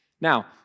Now